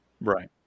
Right